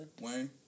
Wayne